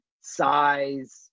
size